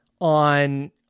on